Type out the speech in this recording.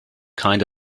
kind